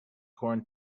corn